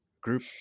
group